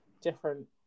different